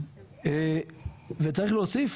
וצריך להוסיף